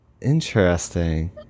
Interesting